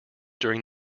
during